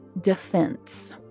defense